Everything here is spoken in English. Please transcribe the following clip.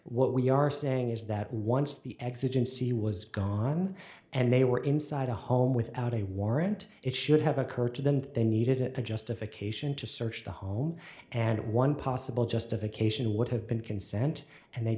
what we are saying is that once the exigency was gone and they were inside a home without a warrant it should have occurred to them that they needed it to justification to search the home and one possible justification would have been consent and they